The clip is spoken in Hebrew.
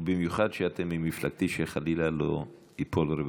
ובמיוחד שאתם ממפלגתי, שחלילה לא ייפול רבב.